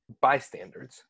bystanders